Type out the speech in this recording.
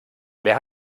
wer